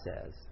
says